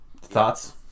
Thoughts